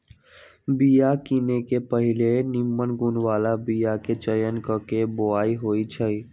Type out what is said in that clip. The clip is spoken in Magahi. बिया किने से पहिले निम्मन गुण बला बीयाके चयन क के बोआइ होइ छइ